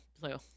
blue